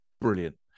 brilliant